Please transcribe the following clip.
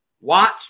Watch